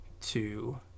two